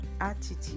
attitude